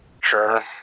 Sure